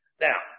Now